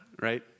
right